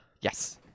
yes